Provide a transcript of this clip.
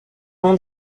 long